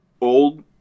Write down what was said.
old